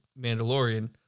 Mandalorian